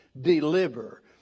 deliver